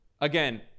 again